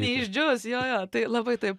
neišdžius jo jo tai labai taip